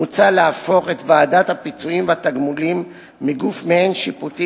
מוצע להפוך את ועדת הפיצויים והתגמולים מגוף מעין שיפוטי